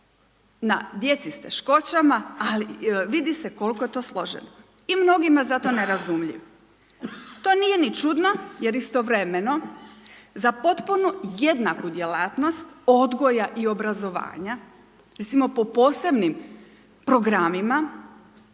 na djeci s teškoćama, ali vidi se koliko je to složeno i mnogima zato nerazumljiv. To nije ni čudno jer istovremeno za potpuno jednaku djelatnost odgoja i obrazovanja recimo po posebnim programima